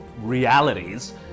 realities